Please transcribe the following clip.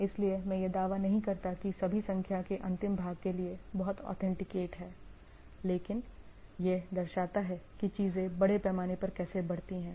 इसलिए मैं यह दावा नहीं करता कि सभी संख्या के अंतिम भाग के लिए बहुत ऑथेंटिकेट हैं लेकिन यह दर्शाता है कि चीजें बड़े पैमाने पर कैसे बढ़ती हैं